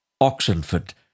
Oxenford